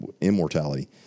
immortality